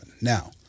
Now